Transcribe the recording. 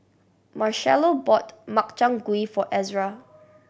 Marchello bought Makchang Gui for Ezra